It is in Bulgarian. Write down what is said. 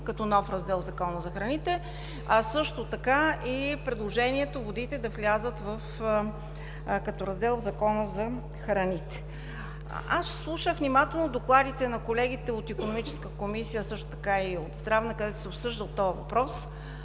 като нов раздел в Закона за храните, а също така и предложението водите да влязат като раздел в Закона за храните. Слушах внимателно докладите на колегите от Икономическата комисия, също така и от Здравната комисия, където се е обсъждал този въпрос.